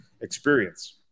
experience